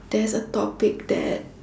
there's a topic that